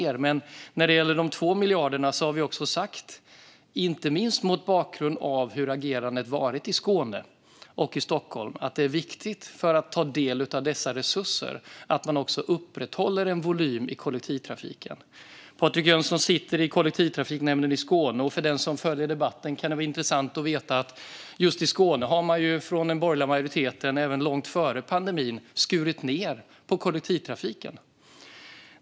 För att man ska få ta del av de 2 miljarderna har vi även sagt, inte minst mot bakgrund av agerandet i Skåne och Stockholm, att det är viktigt att man upprätthåller en volym i kollektivtrafiken. Patrik Jönsson sitter med i kollektivtrafiknämnden i Skåne. För den som följer debatten kan det vara intressant att veta att i just Skåne har den borgerliga majoriteten även långt före pandemin skurit ned på kollektivtrafiken.